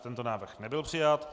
Tento návrh nebyl přijat.